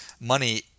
money